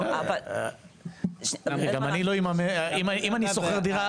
אם אני שוכר דירה